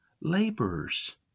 laborers